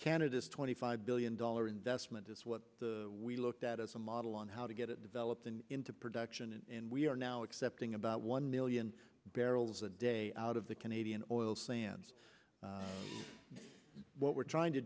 canada's twenty five billion dollar investment it's what we looked at as a model on how to get it developing into production and we are now accepting about one million barrels a day out of the canadian oil sands what we're trying to